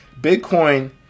Bitcoin